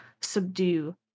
subdue